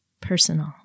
personal